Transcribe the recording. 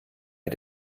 mit